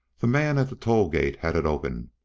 the man at the toll-gate had it open.